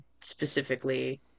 specifically